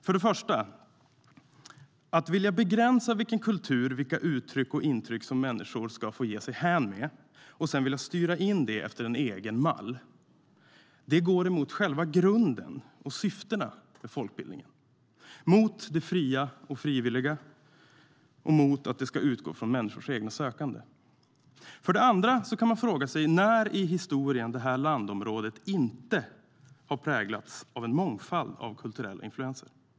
För det första, att vilja begränsa vilken kultur, vilka uttryck och intryck som människor ska få ge sig hän åt och sedan vilja styra in det efter en egen mall går emot själva grunden och syftena med folkbildningen - mot det fria och frivilliga och mot att det ska utgå från människors eget sökande. För det andra kan man fråga sig när i historien det här landområdet inte har präglats av en mångfald av kulturella influenser.